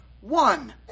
one